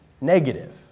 negative